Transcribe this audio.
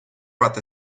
brought